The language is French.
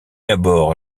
arbore